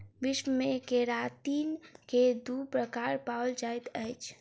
विश्व मे केरातिन के दू प्रकार पाओल जाइत अछि